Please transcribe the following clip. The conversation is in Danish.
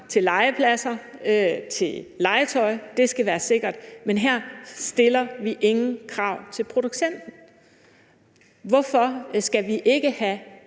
til legepladser og til legetøj om, at det skal være sikkert, men her stiller vi ingen krav til producenten. Hvorfor skal vi ikke have